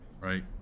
right